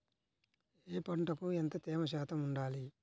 ఏ పంటకు ఎంత తేమ శాతం ఉండాలి?